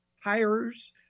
hires